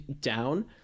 down